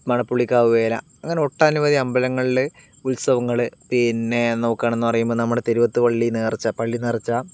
മഴപ്പുള്ളിക്കാവ് വേല അങ്ങന ഒട്ടനവധി അമ്പലങ്ങളിൽ ഉത്സവങ്ങൾ പിന്നെ നോക്കുകയാണെന്ന് പറയുമ്പോൾ നമ്മുടെ തെരുവത്ത് പള്ളി നേർച്ച പള്ളി നേർച്ച